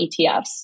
ETFs